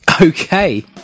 Okay